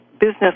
business